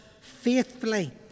faithfully